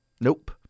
Nope